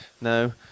No